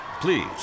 Please